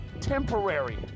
temporary